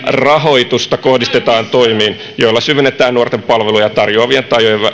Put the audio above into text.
rahoitusta kohdistetaan toimiin joilla syvennetään nuorten palveluja tarjoavien